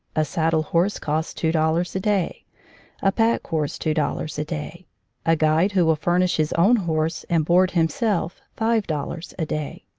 a saddle-horse costs two dollars a day a pack-horse two dollars a day a guide, who will furnish his own horse and board himself, five dollars a day.